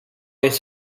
eens